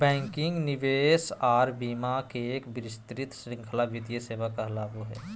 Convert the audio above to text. banking, निवेश आर बीमा के एक विस्तृत श्रृंखला वित्तीय सेवा कहलावय हय